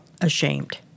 ashamed